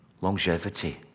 longevity